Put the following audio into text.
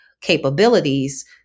capabilities